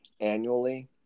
annually